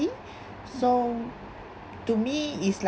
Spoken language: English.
so to me it's like